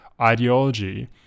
ideology